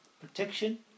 protection